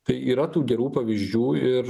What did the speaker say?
tai yra tų gerų pavyzdžių ir